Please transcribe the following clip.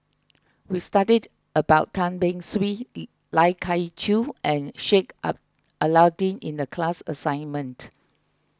we studied about Tan Beng Swee Lai Kew Chai and Sheik Alau'ddin in the class assignment